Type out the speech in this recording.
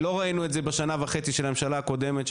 לא ראינו את זה בשנה וחצי של הממשלה הקודמת,